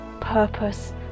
purpose